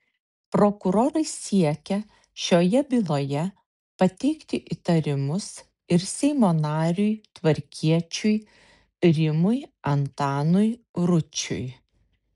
prokurorai siekia šioje byloje pateikti įtarimus ir seimo nariui tvarkiečiui rimui antanui ručiui